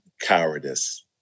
cowardice